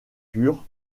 pur